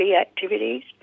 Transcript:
activities